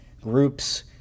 groups